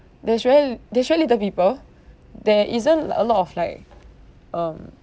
there's very l~ there's very little people there isn't a lot of like um